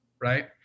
right